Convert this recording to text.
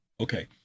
Okay